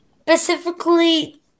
specifically